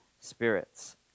spirits